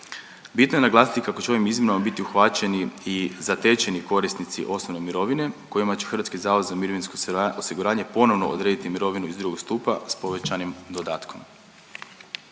Bitno je naglasiti kako će ovim izmjenama biti uhvaćeni i zatečeni korisnici osnovne mirovine kojima će HZMO ponovno odrediti mirovinu iz II. stupa s povećanim dodatkom.